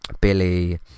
Billy